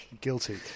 guilty